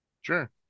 sure